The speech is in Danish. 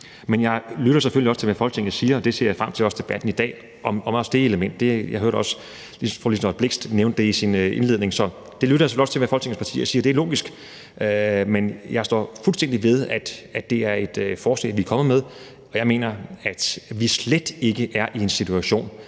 Men jeg lytter selvfølgelig også til, hvad Folketinget siger, og jeg ser også frem til debatten i dag om det element – jeg hørte også, fru Liselott Blixt nævnte det i sin indledning, så jeg lytter selvfølgelig også til, hvad Folketingets partier siger, det er logisk – men jeg står fuldstændig ved, at det er et forslag, vi er kommet med, og jeg mener, at vi slet ikke er i en situation,